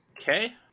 Okay